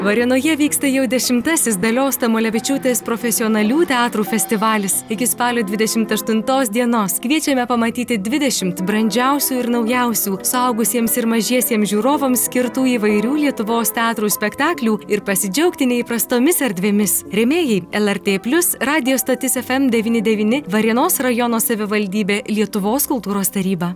varėnoje vyksta jau dešimtasis dalios tamulevičiūtės profesionalių teatrų festivalis iki spalio dvidešimt aštuntos dienos kviečiame pamatyti dvidešimt brandžiausių ir naujausių suaugusiems ir mažiesiems žiūrovams skirtų įvairių lietuvos teatrų spektaklių ir pasidžiaugti neįprastomis erdvėmis rėmėjai lrt plius radijo stotis fm devyni devyni varėnos rajono savivaldybė lietuvos kultūros taryba